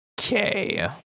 okay